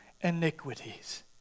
iniquities